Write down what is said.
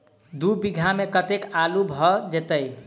दु बीघा मे कतेक आलु भऽ जेतय?